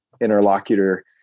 interlocutor